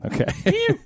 Okay